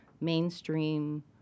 mainstream